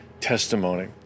testimony